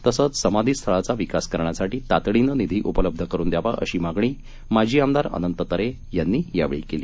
तसंच समाधी स्थळाचा विकास करण्यासाठी तातडीने निधी उपलब्ध करुन दयावा अशी मागणी माजी आमदार अनंत तरे यांनी यावेळी केली